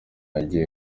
yagiye